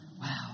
Wow